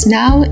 now